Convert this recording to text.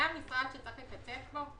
זה המשרד שצריך לקצץ בו?